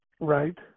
Right